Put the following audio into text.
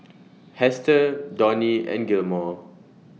Hester Donnie and Gilmore